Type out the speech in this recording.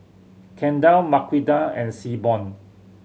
Kendall Marquita and Seaborn